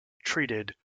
treated